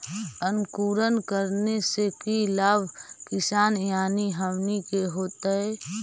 अंकुरण करने से की लाभ किसान यानी हमनि के होतय?